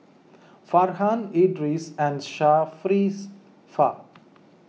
Farhan Idris and Sharifah